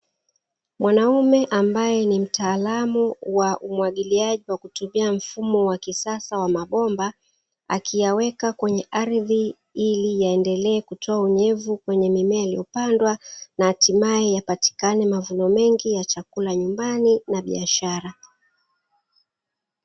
Mwanaume ambaye ni mtaalamu wa umwagiliaji kwa kutumia mfumo wa kisasa wa mabomba, akiyaweka kwenye ardhi ili yaendelee kutoa unyevu kwenye mimea iliyopandwa, na hatimaye yapatikane mavuno mengi ya chakula nyumbani na biashara.